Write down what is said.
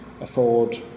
afford